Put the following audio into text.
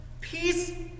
peace